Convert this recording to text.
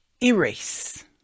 erase